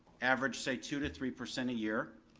average, say two to three percent a year,